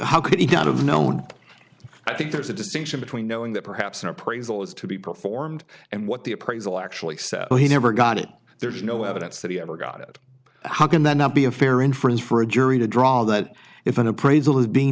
how could he get out of known i think there's a distinction between knowing that perhaps an appraisal is to be performed and what the appraisal actually says he never got it there's no evidence that he ever got it how can that not be a fair inference for a jury to draw that if an appraisal is being